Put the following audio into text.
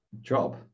job